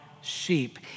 sheep